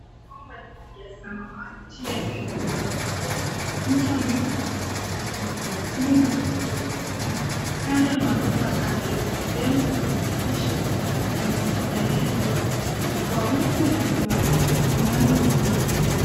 Mabomba ya rangi ya samawati yamewekwa kwa pamoja. Mtu anaweza kuona kutoka upande mmoja wa bomba na kuelekea upande wa nje .Kando ya mabomba hayo, sehemu zake za mwisho zimetengenezwa kwa umbo la duara. Unaweza kuona mwanga.